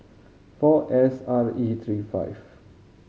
four S R E three five